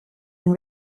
and